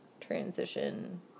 transition